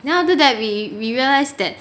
then after that we we realised that